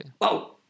Wow